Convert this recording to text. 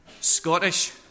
Scottish